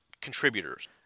contributors